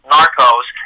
Narcos